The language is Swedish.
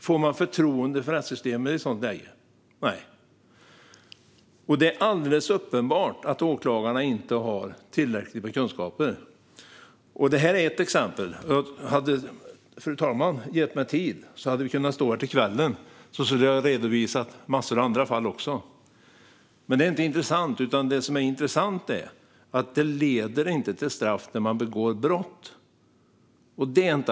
Får man förtroende för rättssystemet i ett sådant läge? Nej. Det är alldeles uppenbart att åklagarna inte har tillräckligt med kunskaper. Jag har nämnt ett exempel. Om fru talmannen hade gett mig mer tid skulle vi ha kunnat stå här fram till kvällen, och jag skulle ha kunnat redovisa en massa andra fall också. Men det är inte intressant, utan det som är intressant är att det inte leder till straff när man begår brott.